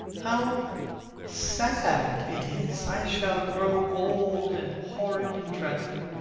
how sad it is! i shall grow old, and horrible, and dreadful.